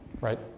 right